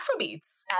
Afrobeats